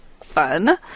fun